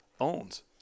owns